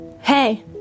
Hey